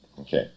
Okay